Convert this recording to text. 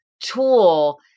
tool